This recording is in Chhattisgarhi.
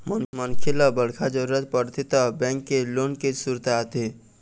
मनखे ल बड़का जरूरत परथे त बेंक के लोन के सुरता आथे